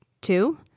Two